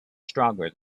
stronger